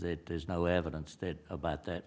that there's no evidence that about that